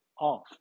off